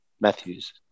Matthews